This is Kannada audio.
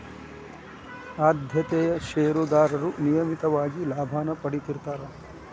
ಆದ್ಯತೆಯ ಷೇರದಾರರು ನಿಯಮಿತವಾಗಿ ಲಾಭಾನ ಪಡೇತಿರ್ತ್ತಾರಾ